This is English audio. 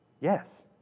Yes